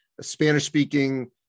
Spanish-speaking